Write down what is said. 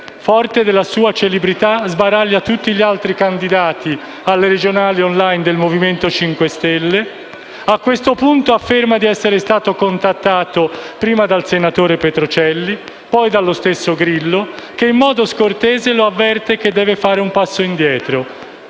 Forte della sua celebrità sbaraglia tutti gli altri candidati alle regionali *online* del Movimento 5 Stelle. A questo punto afferma di essere stato contattato prima dal senatore Petrocelli e poi dallo stesso Grillo, che, in modo scortese, lo avverte che deve fare un passo indietro.